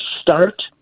start